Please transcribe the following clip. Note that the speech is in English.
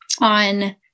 on